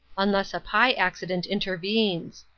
unless a pi accident intervenes.